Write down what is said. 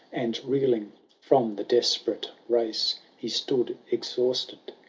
and, reeling from the desperate race, he stood, exhausted,